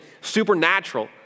supernatural